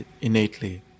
innately